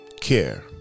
Care